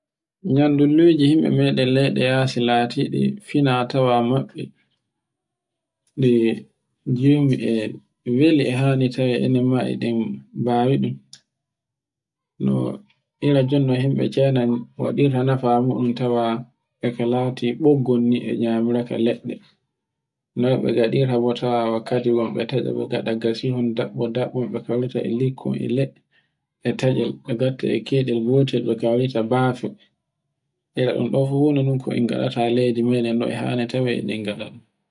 Nyandulluji himbe meɗen leyɗe yasi latiɗi fina tawa mabbe, ɗe jimi e weli e hani tawe enen ma eɗen bawiɗun. No ira jun no himbe China waɗirta nafa muɗum tawa e ka lati boggol ni e nyamira leɗɗe. Noy be nɗirta bo tawa wakkadi bon tatcu gaɗa-gaɗa gasuhun dabbo-dabbo be kaurita e likkol e le e tatcel e ngatta e keyɗel gotel be kaurita bafe. ira ɗun ɗon fu na non ko en gaɗata leydi meɗen e hani tawe e ɗe ngaɗa ɗum.